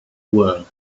world